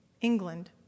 England